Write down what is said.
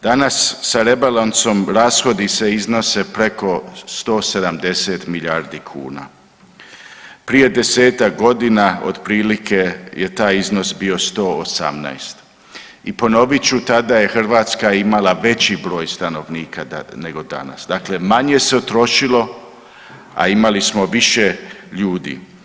Danas sa rebalansom rashodi se iznose preko 170 milijardi kuna, prije 10-tak godina otprilike je taj iznos bio 118 i ponovit ću tada je Hrvatska imala veći broj stanovnika nego danas, dakle manje se utrošilo, a imali smo više ljudi.